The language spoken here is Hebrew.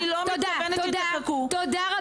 אני לא מתכוונת שתחכו --- תודה.